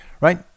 right